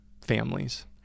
families